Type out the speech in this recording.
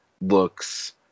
looks